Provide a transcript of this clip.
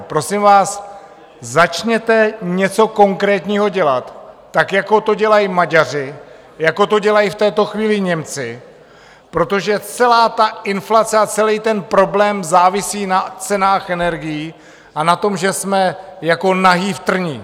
Prosím vás, začněte něco konkrétního dělat, tak jako to dělají Maďaři, jako to dělají v této chvíli Němci, protože celá inflace a celý problém závisí na cenách energií a na tom, že jsme jako nazí v trní.